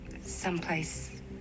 someplace